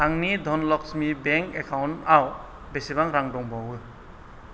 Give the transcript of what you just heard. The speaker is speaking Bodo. आंनि धनलक्समि बेंक एकाउन्ट आव बेसेबां रां दंबावो